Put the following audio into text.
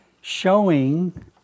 showing